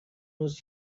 روز